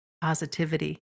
positivity